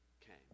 came